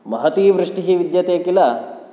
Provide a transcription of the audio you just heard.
महती वृष्टिः विद्यते किल